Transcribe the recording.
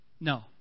no